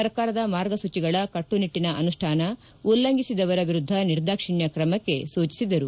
ಸರ್ಕಾರದ ಮಾರ್ಗಸೂಚಿಗಳ ಕಟ್ಟುನಿಟ್ಟಿನ ಅನುಷ್ಠಾನ ಉಲ್ಲಂಘಿಸಿದವರ ವಿರುದ್ದ ನಿರ್ದಾಕ್ಷಿಣ್ಣ ಕ್ರಮಕ್ಕೆ ಸೂಚಿಸಿದರು